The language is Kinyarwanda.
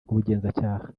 rw’ubugenzacyaha